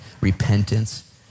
repentance